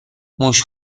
موش